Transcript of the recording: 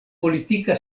politika